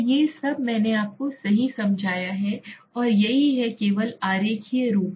तो ये सब मैंने आपको सही समझाया है और यही है केवल आरेखीय रूप